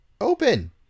Open